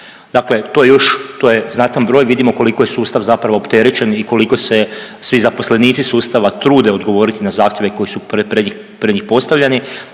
još, to je znatan broj. Vidimo koliko je sustav zapravo opterećen i koliko se svi zaposlenici sustava trude odgovoriti na zahtjeve koji su pred njih postavljeni.